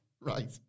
Right